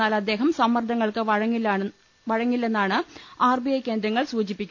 എന്നാൽ അദ്ദേഹം സമ്മർദ്ദങ്ങൾക്ക് വഴ ങ്ങില്ലെന്നാണ് ആർ ബി ഐ കേന്ദ്രങ്ങൾ സൂചിപ്പിക്കുന്നത്